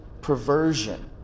perversion